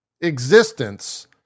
existence